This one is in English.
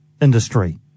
industry